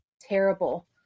terrible